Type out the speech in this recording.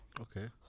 Okay